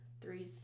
Three